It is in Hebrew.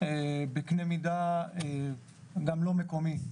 בקנה מידה גם לא מקומי.